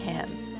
Hands